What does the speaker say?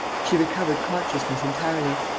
she recovered consciousness entirely.